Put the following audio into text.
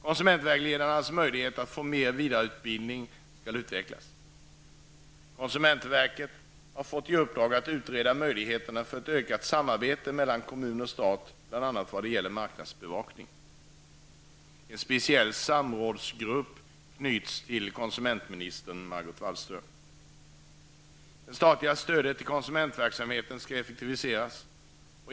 Konsumentvägledarnas möjligheter att få mer vidareutbildning skall undersökas. -- Konsumentverket har fått i uppdrag att utreda möjligheterna för ett ökat samarbete mellan kommun och stat, bl.a. vad gäller marknadsbevakning. -- En speciell samrådsgrupp knyts till konsumentminister Margot Wallström. -- Det statliga stödet till konsumentverksamheten skall effektiviseras.